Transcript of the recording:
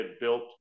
built